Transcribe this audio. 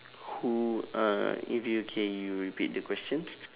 who uh if you can you repeat the question